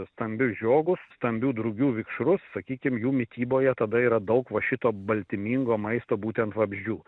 stambius žiogus stambių drugių vikšrus sakykim jų mityboje tada yra daug va šito baltymingo maisto būtent vabzdžių